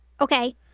Okay